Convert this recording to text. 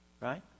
right